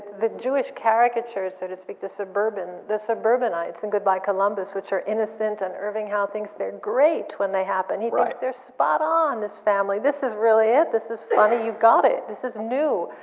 the jewish caricature, so to speak, the suburbanites the suburbanites in goodbye, columbus, which are innocent and irving howe thinks they're great when they happen. he thinks they're spot-on, this family. this is really it. this is funny. you've got it. this is new.